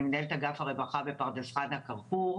אני מנהלת אגף הרווחה בפרדס חנה כרכור,